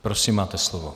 Prosím, máte slovo.